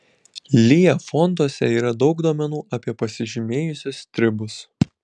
lya fonduose yra daug duomenų apie pasižymėjusius stribus